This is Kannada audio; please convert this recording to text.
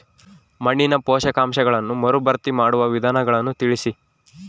ಮಣ್ಣಿನ ಪೋಷಕಾಂಶಗಳನ್ನು ಮರುಭರ್ತಿ ಮಾಡುವ ವಿಧಾನಗಳನ್ನು ತಿಳಿಸಿ?